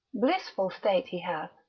blissful state he hath,